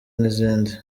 n’izindi